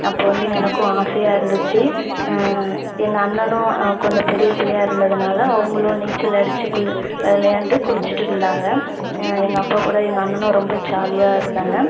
அப்புறம் வந்து எனக்கும் ஆசையாக இருந்துச்சு எங்கள் அண்ணனும் கொஞ்சம் பெரிய பிள்ளையா இருந்ததுனால அவங்களும் நீச்சல் அடிச்சு குளி விளையாண்டு குளுச்ட்டுருந்தாங்க எங்கள் அப்பா கூட எங்கள் அண்ணனும் ரொம்ப ஜாலியாக இருந்தாங்க